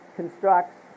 constructs